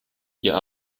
ihr